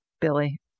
Billy